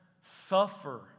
suffer